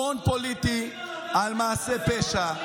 הון פוליטי על מעשי פשע,